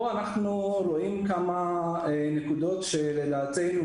אנחנו רואים פה כמה נקודות שלדעתנו,